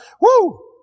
woo